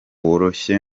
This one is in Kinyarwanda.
woroshye